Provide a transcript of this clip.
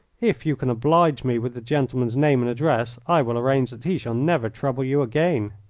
if you can oblige me with the gentleman's name and address i will arrange that he shall never trouble you again.